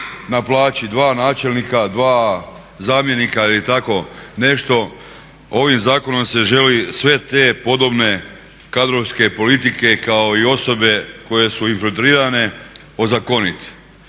na plaći dva načelnika, dva zamjenika ili tako nešto. Ovim zakonom se želi sve te podobne kadrovske politike kao i osobe koje su …/Govornik se ne